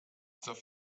dieser